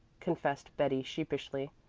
confessed betty sheepishly.